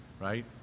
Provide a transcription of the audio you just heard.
right